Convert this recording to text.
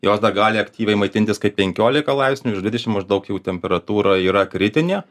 jos dar gali aktyviai maitintis kai penkiolika laipsnių virš dvidešim maždaug jau temperatūra yra kritinė